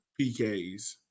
PKs